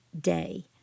day